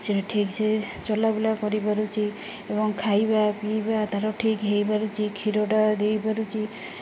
ସେ ଠିକ୍ସେ ଚଲାବୁଲା କରିପାରୁଛି ଏବଂ ଖାଇବା ପିଇବା ତାର ଠିକ୍ ହୋଇପାରୁଛି କ୍ଷୀରଟା ଦେଇପାରୁଛି ଆଉ